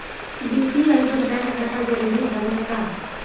UPI बर bank खाता जरूरी हवय का?